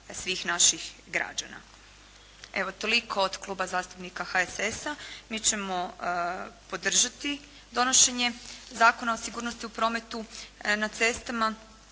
svih naših građana. Evo toliko od Kluba zastupnika HSS-a. Mi ćemo podržati donošenje Zakona o sigurnosti u prometu na cestama,